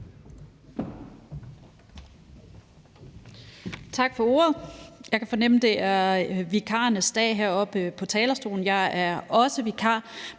Tak for ordet. Jeg kan fornemme, at det er en vikarernes dag heroppe på talerstolen. Jeg er også vikar,